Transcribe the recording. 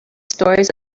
stories